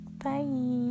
bye